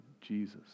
Jesus